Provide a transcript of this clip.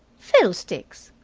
fiddlesticks!